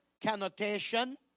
connotation